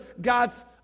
God's